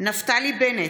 נפתלי בנט,